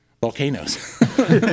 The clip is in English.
volcanoes